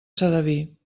sedaví